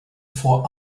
for